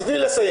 תני לי לסיים.